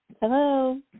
Hello